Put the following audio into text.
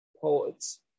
poets